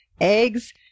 eggs